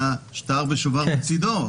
אתה שטר ושוברו בצידו.